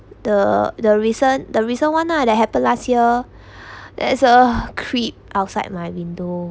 the the recent the recent one lah that happened last year there's a creep outside my window